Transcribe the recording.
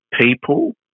people